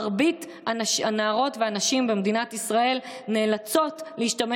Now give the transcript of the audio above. מרבית הנערות והנשים במדינת ישראל נאלצות להשתמש